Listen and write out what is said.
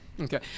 Okay